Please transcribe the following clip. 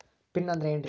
Pin ಅಂದ್ರೆ ಏನ್ರಿ?